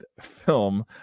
film